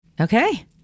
Okay